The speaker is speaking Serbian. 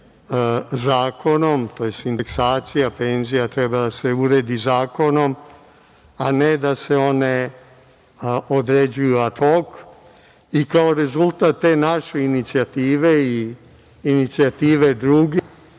zakonom, tj. indeksacija penzija treba da se uredi zakonom, a ne da se one određuju ad hok i kao rezultat te naše inicijative i inicijative drugih